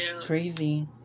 crazy